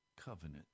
covenant